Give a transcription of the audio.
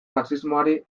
faxismoari